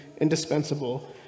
indispensable